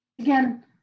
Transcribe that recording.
again